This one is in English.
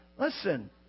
Listen